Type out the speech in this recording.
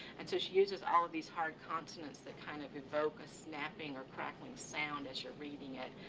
and so she uses all of these hard consonants that kind of evoke a snapping or crackling sound as your reading it,